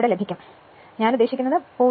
ഇവിടെ ഞാൻ ഉദ്ദേശിക്കുന്നത് 0